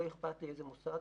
לא אכפת לי איזה מוסד.